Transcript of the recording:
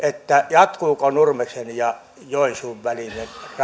jatkuuko nurmeksen ja joensuun välinen